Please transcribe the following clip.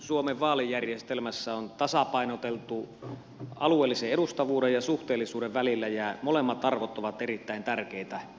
suomen vaalijärjestelmässä on tasapainoteltu alueellisen edustavuuden ja suhteellisuuden välillä ja molemmat arvot ovat erittäin tärkeitä